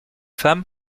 femme